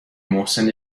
محسن